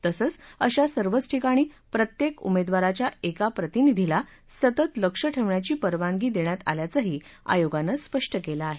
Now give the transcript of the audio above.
तसंच अशा सर्वच ठिकाणी प्रत्येक उमेदवाराच्या एका प्रतिनिधीला सतत लक्ष ठेवण्याची परवानगी देण्यात आल्याचंही आयोगानं स्पष्ट केलं आहे